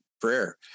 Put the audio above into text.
prayer